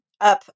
Up